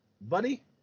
Buddy